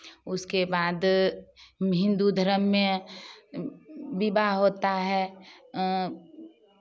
उसके बाद हिन्दू धर्म में विवाह होता है